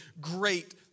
great